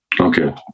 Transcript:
Okay